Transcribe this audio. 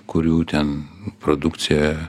kurių ten produkcija